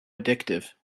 addictive